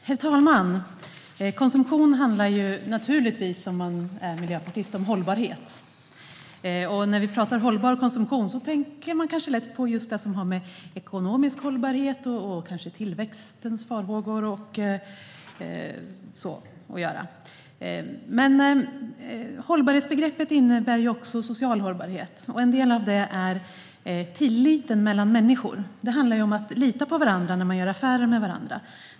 Herr talman! Konsumtion handlar för en miljöpartist naturligtvis om hållbarhet. När vi talar om hållbar konsumtion är det lätt att tänka på sådant som har med ekonomisk hållbarhet, tillväxtens faror och så vidare att göra. Men hållbarhetsbegreppet innebär också social hållbarhet, och en del av det handlar om tillit mellan människor. Det handlar om att lita på varandra när man gör affärer med varandra.